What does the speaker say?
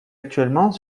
actuellement